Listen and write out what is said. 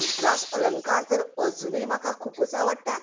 अनुप्रास अलंकार तर म्हाका आजूनय खूबूच आवडटा